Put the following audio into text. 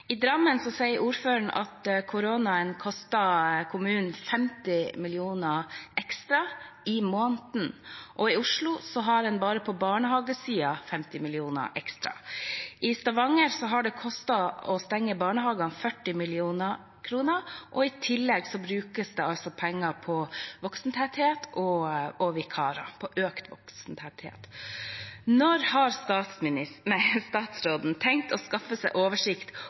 I Drammen sier ordføreren at koronaen koster kommunen 50 mill. kr ekstra i måneden. I Oslo har en bare på barnehagesiden 50 mill. kr ekstra. I Stavanger har det kostet 40 mill. kr å stenge barnehagene. I tillegg brukes det altså penger på økt voksentetthet og vikarer. Når har statsråden tenkt å skaffe seg oversikt